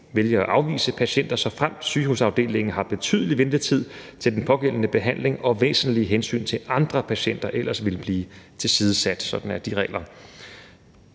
vælge at afvise patienter, såfremt sygehusafdelingen har betydelig ventetid til den pågældende behandling og væsentlige hensyn til andre patienter ellers ville blive tilsidesat. Sådan er de regler.